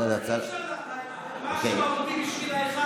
מה שמהותי בשביל האחד לא מהותי בשביל האחר.